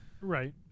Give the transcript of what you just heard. Right